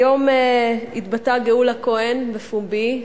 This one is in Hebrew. היום התבטאה גאולה כהן בפומבי.